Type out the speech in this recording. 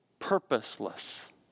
purposeless